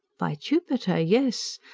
by jupiter, yes!